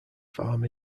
farm